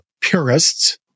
purists